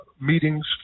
meetings